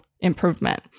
improvement